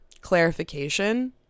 clarification